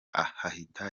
hahita